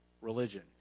Religion